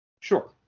sure